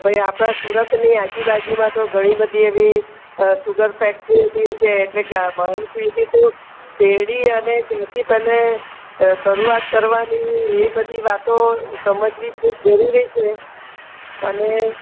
ભાઈ આપણાં સુરતની આજુ બાજુમાં તો ઘણી બધી એવી સુગર ફેક્ટરી મિલ છે એટલે કે શેરડી અને એનાથી પહેલે શરૂઆત કરવાની એ બધી વાતો સમજવી ખૂબ જરૂરી છે અને